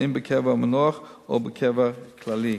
האם בקבר המנוח או בקבר כללי.